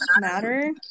matter